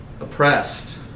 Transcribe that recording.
oppressed